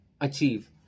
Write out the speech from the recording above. achieve